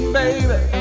baby